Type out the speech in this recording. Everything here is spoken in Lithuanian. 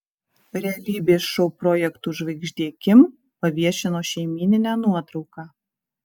realybės šou projektų žvaigždė kim paviešino šeimyninę nuotrauką